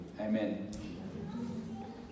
Amen